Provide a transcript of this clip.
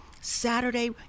Saturday